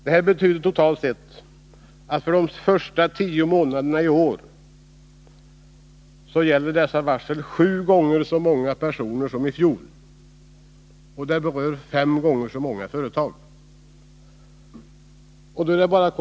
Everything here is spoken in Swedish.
Detta betyder totalt sett för de tio första månaderna i år att varslen gäller sju gånger så många personer som i fjol och att antalet berörda företag har femdubblats.